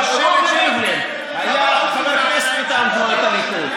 אבל רובי ריבלין היה חבר כנסת מטעם הליכוד,